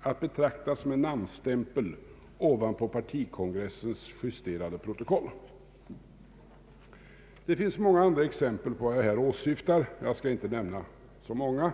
att betrakta som en namnstämpel ovanpå partikongressens justerade protokoll? Det finns flera andra exempel på vad jag här åsyftar, och jag skall inte nämna så många.